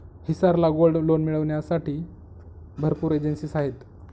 हिसार ला gold loan मिळविण्यासाठी भरपूर एजेंसीज आहेत